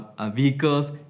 vehicles